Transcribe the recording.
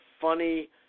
funny